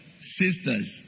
sisters